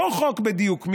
אותו חוק בדיוק,